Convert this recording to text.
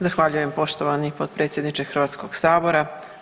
Zahvaljujem poštovani potpredsjedniče Hrvatskoga sabora.